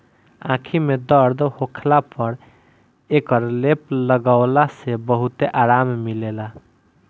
आंखी में दर्द होखला पर एकर लेप लगवला से बहुते आराम मिलेला